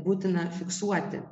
būtina fiksuoti